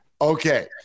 Okay